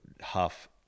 huff